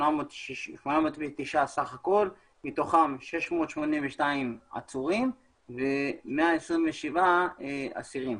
מתוכם 682 עצורים ו-127 אסירים.